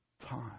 time